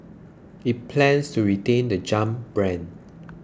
it plans to retain the Jump brand